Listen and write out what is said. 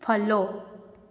follow